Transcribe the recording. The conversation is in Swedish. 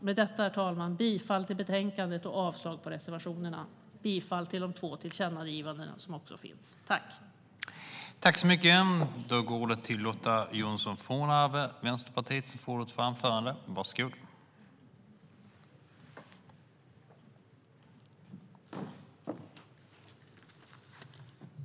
Med detta, herr talman, yrkar jag bifall till utskottets förslag inklusive de två tillkännagivandena och avslag på reservationerna.